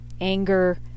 anger